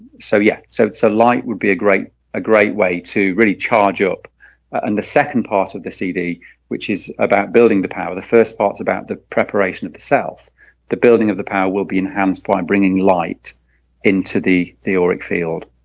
so yeah so it's a light would be a great a great way to really charge up and the second part of the cd which is about building the power the first part about about the preparation of the self the building of the power will be enhanced by bringing light into the the auric field